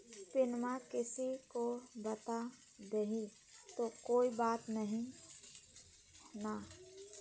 पिनमा किसी को बता देई तो कोइ बात नहि ना?